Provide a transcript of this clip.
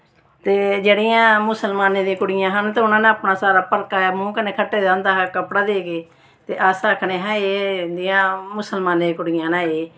ते जेह्ड़ियां मुसलमाना दियां कुड़ियां हन ते उ'नें अपना पलकां ते मूंह् कन्नै खट्टा दा होंदा हा कपड़ा ले के ते अस आखने हां एह् इंदियां मुसलमानें दियां कुड़ियां न एह्